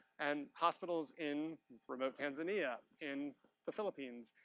and hospitals in remote tanzania, in the philippines,